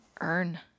earn